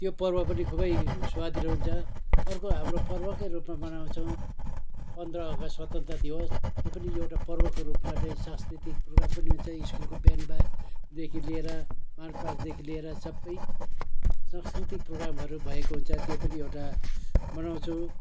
त्यो पर्व पनि खुबै स्वादिलो हुन्छ अर्को हाम्रो पर्वकै रूपमा मनाउँछौँ पन्ध्र अगस्त स्वतन्त्र दिवस यो पनि एउटा पर्वको रूपमा चाहिँ सांस्कृतिक प्रोगाम पनि हुन्छ स्कुलको बिहान बा देखि लिएर मार्च पासदेखि लिएर सबै सांस्कृतिक प्रोगामहरू भएको हुन्छ त्यो पनि एउटा मनाउँछौँ